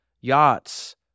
yachts